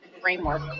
framework